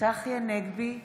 צחי הנגבי,